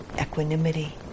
equanimity